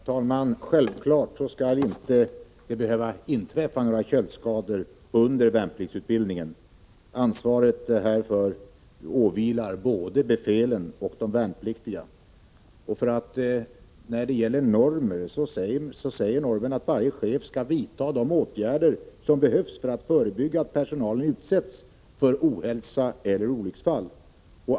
Herr talman! Det skall självfallet inte behöva inträffa några köldskador under värnpliktsutbildningen. Ansvaret härför åvilar både befälen och de värnpliktiga. De normer som finns säger att varje chef skall vidta de åtgärder som behövs för att förebygga att personalen utsätts för ohälsa eller olycksfall.